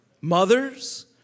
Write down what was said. Mothers